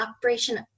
Operation